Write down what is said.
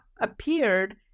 appeared